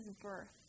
birth